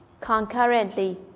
concurrently